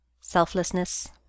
selflessness